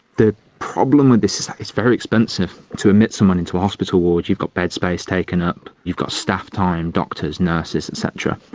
the problem with this is it's very expensive to admit someone into hospital ward, you've got bed space taken up, you've got staff time, doctors, nurses et and cetera.